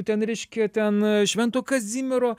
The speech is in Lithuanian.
ten reiškia ten švento kazimiero